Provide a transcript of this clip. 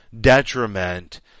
detriment